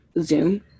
zoom